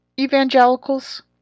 evangelicals